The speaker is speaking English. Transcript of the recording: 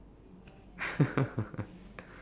okay cool nice